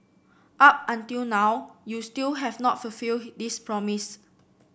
up until now you still have not fulfilled this promise